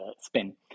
spin